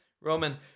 Roman